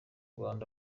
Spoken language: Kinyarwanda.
rwanda